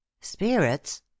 spirits